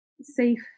safe